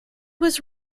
was